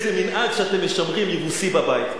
איזה מנהג יבוסי שאתם משמרים בבית.